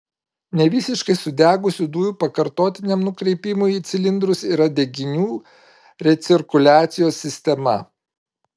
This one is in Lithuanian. nevisiškai sudegusių dujų pakartotiniam nukreipimui į cilindrus yra deginių recirkuliacijos sistema